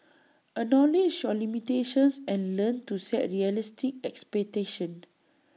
acknowledge your limitations and learn to set realistic expectations